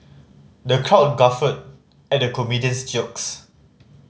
the crowd guffawed at the comedian's jokes